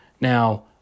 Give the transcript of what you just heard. Now